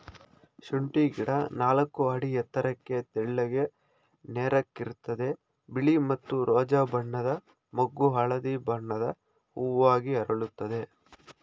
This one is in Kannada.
ಶುಂಠಿ ಗಿಡ ನಾಲ್ಕು ಅಡಿ ಎತ್ತರಕ್ಕೆ ತೆಳ್ಳಗೆ ನೇರಕ್ಕಿರ್ತದೆ ಬಿಳಿ ಮತ್ತು ರೋಜಾ ಬಣ್ಣದ ಮೊಗ್ಗು ಹಳದಿ ಬಣ್ಣದ ಹೂವಾಗಿ ಅರಳುತ್ತದೆ